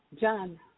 John